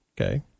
Okay